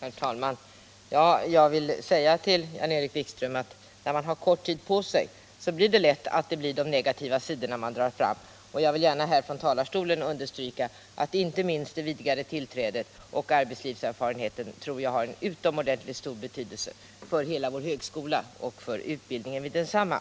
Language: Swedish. Herr talman! Jag vill till Jan-Erik Wikström säga att när man har kort tid på sig blir det lätt så att man drar fram de negativa sidorna. Jag vill också gärna från talarstolen understryka att jag tror att inte minst det vidgade tillträdet och arbetslivserfarenheten har utomordentligt stor betydelse för högskolan och utbildningen i denna.